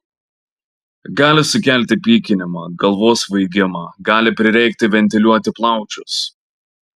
gali sukelti pykinimą galvos svaigimą gali prireikti ventiliuoti plaučius